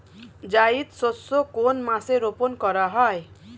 জায়িদ শস্য কোন মাসে রোপণ করা হয়?